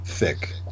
thick